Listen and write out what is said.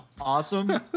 awesome